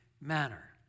manner